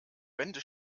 wände